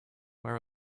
where